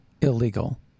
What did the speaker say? illegal